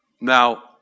Now